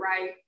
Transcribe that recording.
right